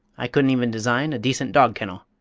i couldn't even design a decent dog-kennel!